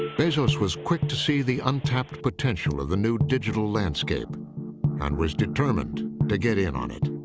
bezos was quick to see the untapped potential of the new digital landscape and was determined to get in on it.